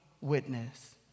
witness